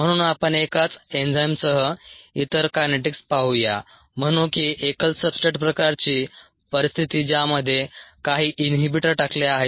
म्हणून आपण एकाच एन्झाइमसह इतर कायनेटिक्स पाहू या म्हणू की एकल सब्सट्रेट प्रकारची परिस्थिती ज्यामध्ये काही इनहिबिटर टाकले आहेत